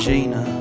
Gina